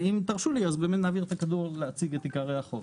ואם תרשו לי נעביר את הכדור להציג את עיקרי החוק.